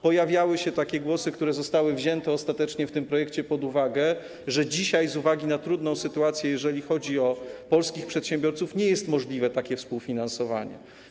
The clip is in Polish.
Pojawiały się jednak takie głosy, które ostatecznie zostały wzięte w tym projekcie pod uwagę, że dzisiaj z uwagi na trudną sytuację, jeżeli chodzi o polskich przedsiębiorców, nie jest możliwe takie współfinansowanie.